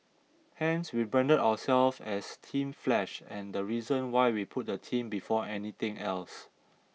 hence we branded ourselves as Team Flash and the reason why we put the team before anything else